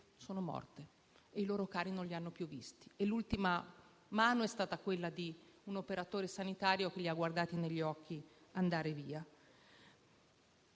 sono morte. Ripeto, i loro cari non li hanno più visti e l'ultima mano è stata quella di un operatore sanitario che li ha guardati negli occhi andare via.